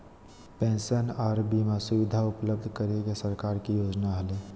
pension आर बीमा सुविधा उपलब्ध करे के सरकार के योजना हलय